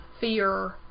fear